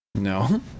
No